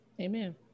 Amen